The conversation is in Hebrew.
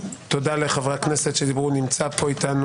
2. הצעת חוק בתי המשפט (תיקון - הוראות לעניין